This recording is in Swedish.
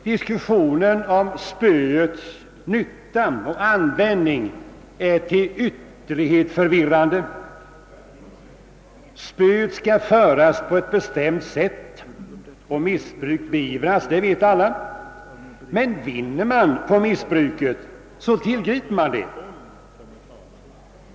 Diskussionen om spöets nytta och användning är ytterligt förvirrande. Spöet skall föras på ett bestämt sätt och missbruk beivras. Det vet alla, men vinner man på missbruket tillgriper man det.